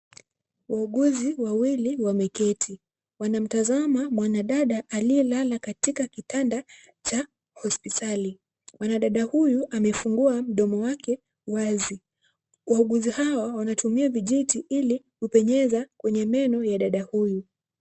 Wauguzi wawili wameketi, wanamtazama mwanadada aliyelala katika kitanda cha hosipitali. Mwanadada huyu amefungua mdomo wake wazi, wauguzi hawa wanatumia vijiti ili kupenyeza kwenye meno ya dada huyu.